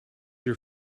your